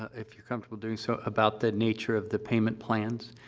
if you're comfortable doing so, about the nature of the payment plans?